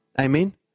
Amen